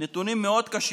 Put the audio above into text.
נתונים קשים